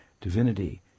divinity